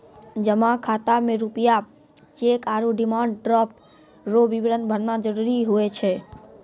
जमा खाता मे रूपया चैक आरू डिमांड ड्राफ्ट रो विवरण भरना जरूरी हुए छै